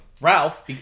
ralph